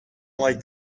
like